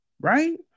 right